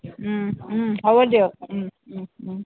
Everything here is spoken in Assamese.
হ'ব দিয়ক